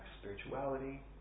spirituality